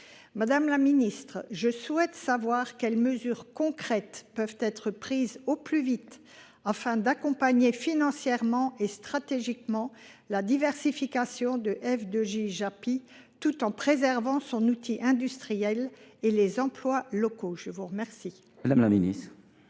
Madame la ministre, quelles mesures concrètes peuvent être prises au plus vite afin d’accompagner financièrement et stratégiquement la diversification de F2J Japy tout en préservant son outil industriel et les emplois locaux ? La parole est à Mme la ministre.